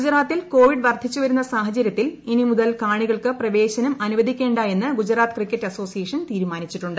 ഗുജറാത്തിൽ കോവിഡ് വർദ്ധിച്ചു വരുന്ന സാഹചര്യത്തിൽ ഇനി മുതൽ കാണികൾക്ക് പ്രവേശനം അനുവദിക്കേണ്ട എന്ന് ഗുജറാത്ത് ക്രിക്കറ്റ് അസോസിയേഷൻ തീരുമാനിച്ചിട്ടുണ്ട്